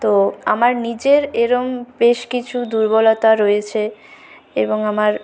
তো আমার নিজের এরম বেশ কিছু দুর্বলতা রয়েছে এবং আমার